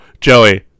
Joey